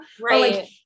Right